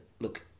Look